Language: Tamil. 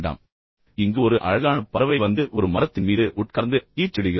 இந்த பக்கத்தில் ஒரு அழகான பறவை வந்து ஒரு மரத்தின் மீது உட்கார்ந்து கீச்சலிடுகிறது